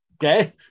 okay